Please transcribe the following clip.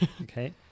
Okay